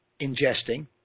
ingesting